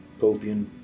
Copian